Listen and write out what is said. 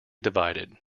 divided